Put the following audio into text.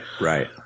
Right